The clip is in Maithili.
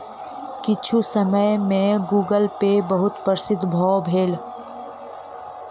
किछुए समय में गूगलपे बहुत प्रसिद्ध भअ भेल